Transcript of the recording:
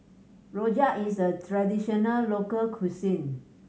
rojak is a traditional local cuisine